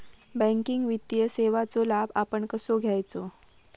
Banking वित्तीय सेवाचो लाभ आपण कसो घेयाचो?